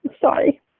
sorry